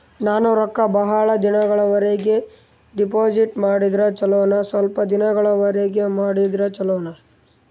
ನಾನು ರೊಕ್ಕ ಬಹಳ ದಿನಗಳವರೆಗೆ ಡಿಪಾಜಿಟ್ ಮಾಡಿದ್ರ ಚೊಲೋನ ಸ್ವಲ್ಪ ದಿನಗಳವರೆಗೆ ಮಾಡಿದ್ರಾ ಚೊಲೋನ?